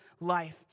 life